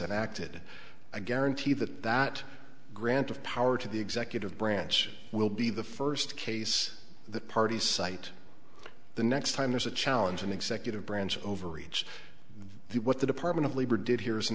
enacted i guarantee that that grant of power to the executive branch will be the first case the parties cite the next time there's a challenge an executive branch overreach the what the department of labor did here is an